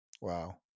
Wow